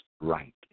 right